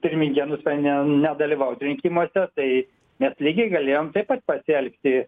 pirmininkė nusprendė nedalyvaut rinkimuose tai mes lygiai galėjom taip pasielgti